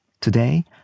Today